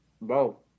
Bro